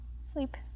Sleep